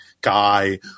guy